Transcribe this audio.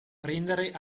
prendere